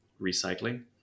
recycling